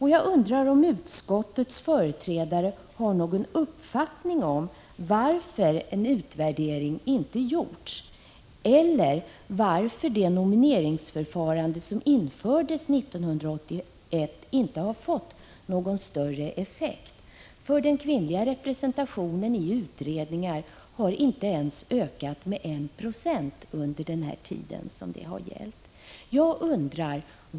Har utskottets företrädare någon uppfattning om varför en utvärdering inte gjorts eller varför det nomineringsförfarande som infördes 1981 inte fått större effekt? Den kvinnliga representationen i utredningar har inte ens ökat med 196 under den här tiden.